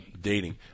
dating